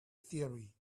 theory